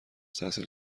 تحصیل